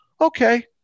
Okay